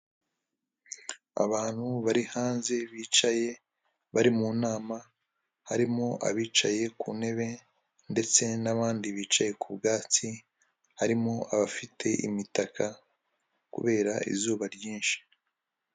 Abantu bari hanze bicaye bari mu nama, harimo abicaye ku ntebe, ndetse n'abandi bicaye ku bwatsi, harimo abafite imitaka, kubera izuba ryinshi.